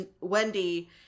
Wendy